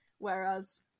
Whereas